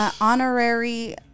honorary